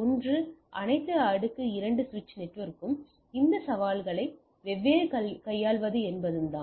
ஒன்று அனைத்து அடுக்கு 2 சுவிட்ச் நெட்வொர்க்கும் இந்த சுழல்களை எவ்வாறு கையாள்வது என்பதுதான்